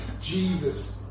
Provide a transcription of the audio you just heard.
Jesus